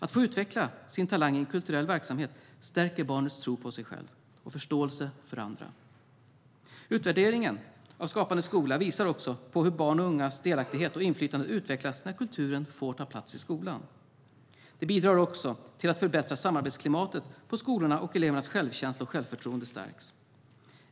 Att få utveckla sin talang i en kulturell verksamhet stärker barnets tro på sig själv och förståelse för andra. Utvärderingar av Skapande skola visar också på hur barns och ungas delaktighet och inflytande utvecklas när kulturen får ta plats i skolan. Det bidrar till ett förbättrat samarbetsklimat på skolorna, och elevernas självkänsla och självförtroende stärks.